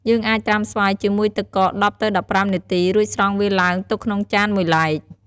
យើងអាចត្រាំស្វាយជាមួយទឹកកក ១០ ទៅ១៥នាទី រួចស្រង់វាឡើងទុកក្នុងចានមួយឡែក។